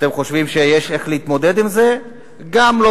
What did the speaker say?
אתם חושבים שיש איך להתמודד עם זה?